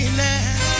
now